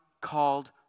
called